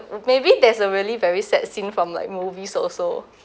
mm maybe there's a really very sad scene from like movies also